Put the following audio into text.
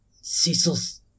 Cecil's